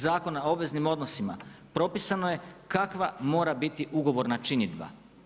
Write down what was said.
Zakona o obveznim odnosima propisano je kakva mora biti ugovorna činidba.